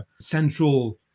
central